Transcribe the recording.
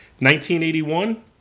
1981